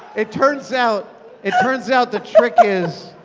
it turns out it turns out the trick is,